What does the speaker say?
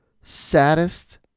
saddest